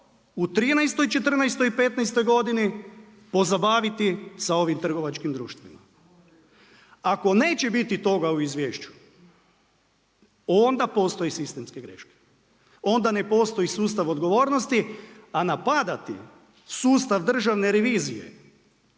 i petnaestoj godini pozabaviti sa ovim trgovačkim društvima. Ako neće biti toga u izvješću onda postoje sistemske greške, onda ne postoji sustav odgovornosti. A napadati sustav Državne revizije